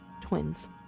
twins